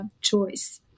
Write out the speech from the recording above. choice